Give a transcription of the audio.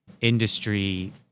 industry